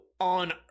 on